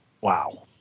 wow